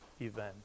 event